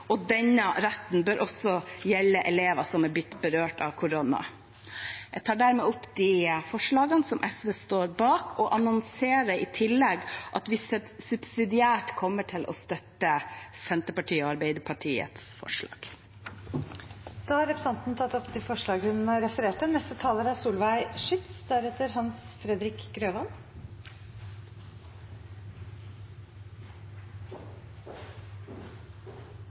Denne retten bør som sagt også gjelde elever som har blitt berørt av korona. Jeg tar dermed opp de forslagene som SV står bak, og annonserer i tillegg at vi subsidiært kommer til å støtte Senterpartiet og Arbeiderpartiets forslag. Representanten Mona Fagerås har tatt opp de forslagene hun refererte til. Jeg deler forslagsstillernes bekymring for at det er